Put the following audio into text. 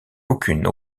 aucune